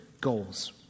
goals